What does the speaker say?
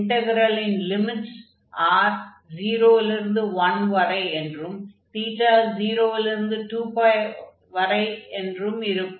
இன்டக்ரெலின் limits r 0 லிருந்து 1 வரை என்றும் θ 0 லிருந்து 2 வரை என்றும் இருக்கும்